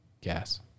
gas